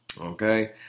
Okay